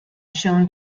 shown